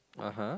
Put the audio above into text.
(uh huh)